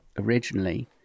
originally